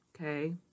okay